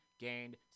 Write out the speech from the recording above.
gained